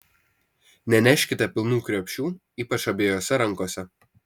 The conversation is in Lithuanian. neneškite pilnų krepšių ypač abiejose rankose